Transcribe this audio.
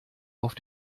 auf